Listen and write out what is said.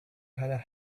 had